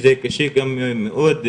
שזה קשה גם מאוד,